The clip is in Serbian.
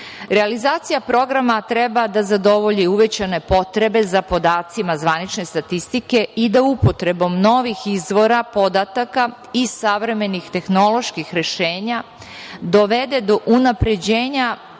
nas. Realizacija programa treba da zadovolji uvećane potrebe za podacima zvanične statistike i da upotrebom novih izvora podataka i savremenih tehnoloških rešenja dovede do unapređenja